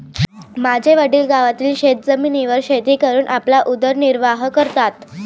माझे वडील गावातील शेतजमिनीवर शेती करून आपला उदरनिर्वाह करतात